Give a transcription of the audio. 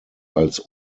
als